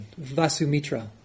Vasumitra